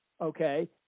okay